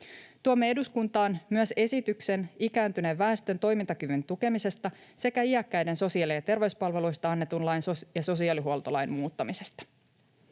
Tuomme eduskuntaan myös esityksen ikääntyneen väestön toimintakyvyn tukemisesta sekä iäkkäiden sosiaali‑ ja terveyspalveluista annetun lain ja sosiaalihuoltolain muuttamisesta.